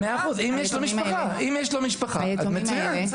אם יש לו משפחה אז מצוין.